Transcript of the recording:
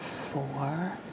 four